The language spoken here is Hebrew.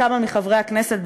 כמה מחברי הכנסת,